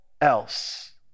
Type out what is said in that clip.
else